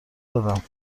دادم